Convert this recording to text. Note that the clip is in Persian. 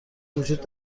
وجود